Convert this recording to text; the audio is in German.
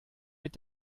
mit